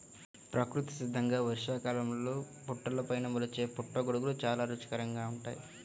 ప్రకృతి సిద్ధంగా వర్షాకాలంలో పుట్టలపైన మొలిచే పుట్టగొడుగులు చాలా రుచికరంగా ఉంటాయి